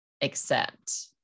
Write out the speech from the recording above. accept